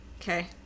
Okay